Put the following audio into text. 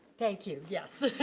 thank you, yes.